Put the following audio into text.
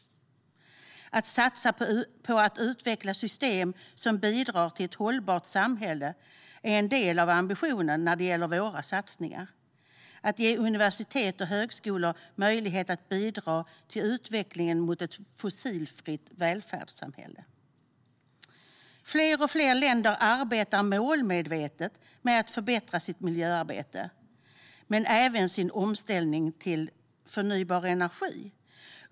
Att satsa på att utveckla system som bidrar till ett hållbart samhälle är en del av ambitionen i våra satsningar. En annan del är att ge universitet och högskolor möjlighet att bidra till utvecklingen till ett fossilfritt välfärdssamhälle. Fler och fler länder arbetar målmedvetet med att förbättra sitt miljöarbete men även sin omställning till förnybar energi.